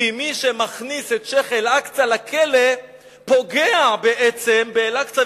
כי מי שמכניס את שיח' אל-אקצא לכלא פוגע בעצם באל-אקצא,